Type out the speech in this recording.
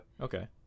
Okay